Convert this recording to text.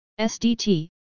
SDT